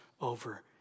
over